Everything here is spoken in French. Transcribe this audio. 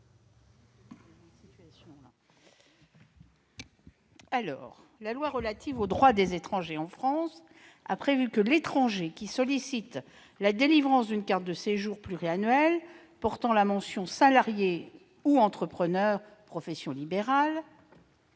La loi relative au droit des étrangers en France dispose que l'étranger qui sollicite la délivrance d'une carte de séjour pluriannuelle portant la mention « salarié » ou « entrepreneur-profession libérale